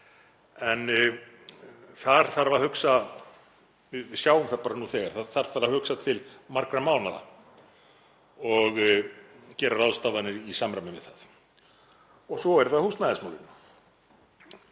að það þarf að hugsa til margra mánaða og gera ráðstafanir í samræmi við það. Svo eru það húsnæðismálin.